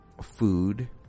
food